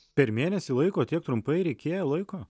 per mėnesį laiko tiek trumpai reikėjo laiko